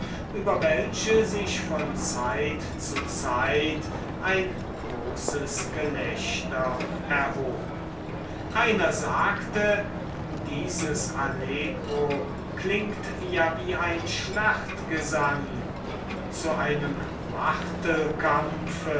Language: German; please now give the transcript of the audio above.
über welche sich von zeit zu zeit ein großes gelächter erhob einer sagte dieses allegro klingt ja wie ein schlachtgesang zu einem